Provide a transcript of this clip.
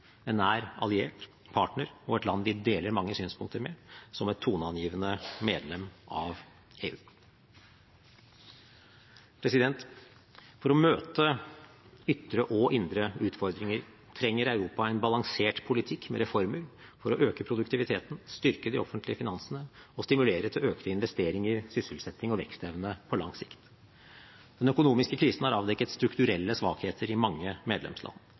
en nær alliert, partner og et land vi deler mange synspunkter med – som et toneangivende medlem av EU. For å møte ytre og indre utfordringer trenger Europa en balansert politikk med reformer for å øke produktiviteten, styrke de offentlige finansene og stimulere til økte investeringer, sysselsetting og vekstevne på lang sikt. Den økonomiske krisen har avdekket strukturelle svakheter i mange medlemsland.